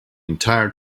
entire